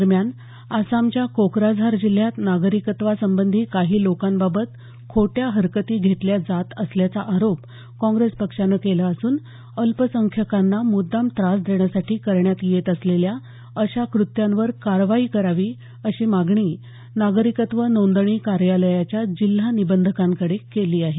दरम्यान आसामच्या कोकराझार जिल्ह्यात नागरिकत्वासंबंधी काही लोकांबाबत खोट्या हरकती घेतल्या जात असल्याचा आरोप काँग्रेस पक्षानं केला असून अल्पसंख्यकांना मुद्दाम त्रास देण्यासाठी करण्यात येत असलेल्या अशा कृत्यांवर कारवाई करावी अशी मागणी नागरिकत्व नोंदणी कार्यालयाच्या जिल्हा निबंधकांकडे केली आहे